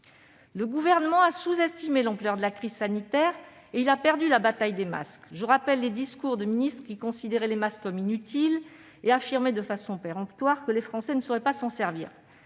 Le Gouvernement a sous-estimé l'ampleur de la crise sanitaire et il a perdu la bataille des masques. Je le rappelle, plusieurs ministres considéraient les masques comme inutiles, et affirmaient de façon péremptoire que les Français ne sauraient pas s'en servir